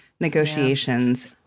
negotiations